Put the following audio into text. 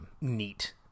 neat